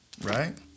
right